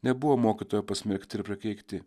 nebuvo mokytojo pasmerkti ir prakeikti